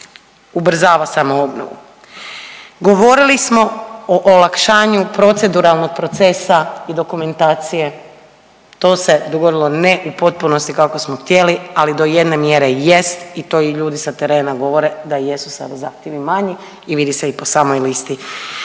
ubrzava samoobnovu. Govorili smo o olakšanju proceduralnog procesa i dokumentacije to se dogodilo, ne u potpunosti kako smo htjeli, ali do jedne mjere jest i to i ljudi sa terena govore da jesu sada zahtjevi manji i vidi se i po samoj listi